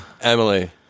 Emily